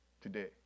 today